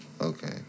Okay